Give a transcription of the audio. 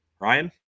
Ryan